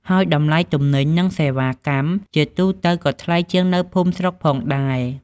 ហើយតម្លៃទំនិញ និងសេវាកម្មជាទូទៅក៏ថ្លៃជាងនៅភូមិស្រុកផងដែរ។